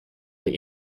the